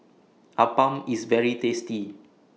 Appam IS very tasty